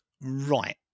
Right